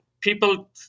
People